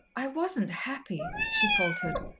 i wasn't happy, she faltered.